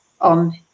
on